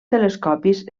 telescopis